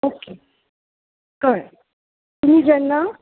okay कळ्ळें तुमी जेन्ना